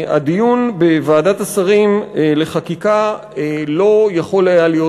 הדיון בוועדת השרים לחקיקה לא יכול היה להיות